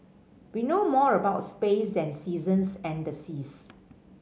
we know more about space than seasons and the seas